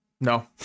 no